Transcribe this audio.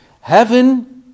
heaven